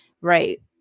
right